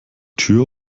tür